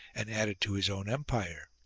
and add it to his own empire.